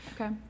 Okay